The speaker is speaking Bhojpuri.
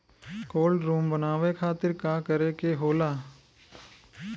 कोल्ड रुम बनावे खातिर का करे के होला?